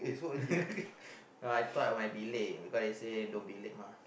I thought I might be late because they say don't be late mah